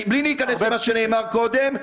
-- למה שנאמר קודם,